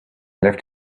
left